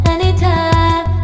Anytime